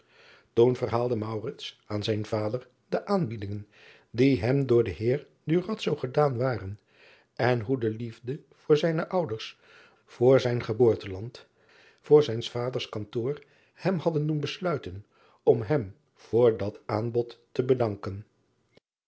oen verhaalde aan zijn vader de aanbiedingen die hem door den eer gedaan waren en hoe de liefde voor zijne ouders voor zijn geboorteland voor zijn s vaders kantoor hem hadden doen besluiten om hem voor dat aanbod te bedanken